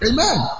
Amen